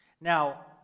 Now